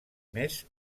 més